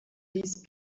these